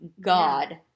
God